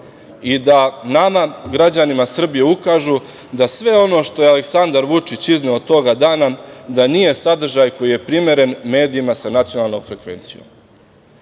i da nama, građanima Srbije, ukažu da sve ono što je Aleksandar Vučić izneo toga dana, da nije sadržaj koji je primeren medijima sa nacionalnom frekvencijom. Celog